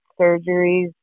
surgeries